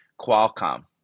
qualcomm